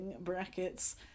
brackets